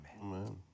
Amen